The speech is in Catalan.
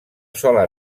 sola